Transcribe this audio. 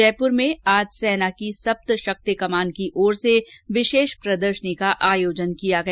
जयपूर में आज सेना की सप्त शक्ति कमान की ओर से विशेष प्रदर्शनी का आयोजन किया गया